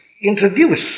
introduce